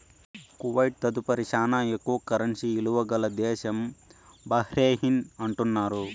Kuwait తదుపరి శానా ఎక్కువ కరెన్సీ ఇలువ గల దేశం బహ్రెయిన్ అంటున్నారు